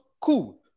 Cool